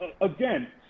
again